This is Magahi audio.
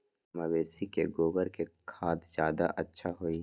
मवेसी के गोबर के खाद ज्यादा अच्छा होई?